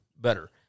better